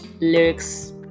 lyrics